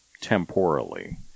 temporally